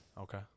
Okay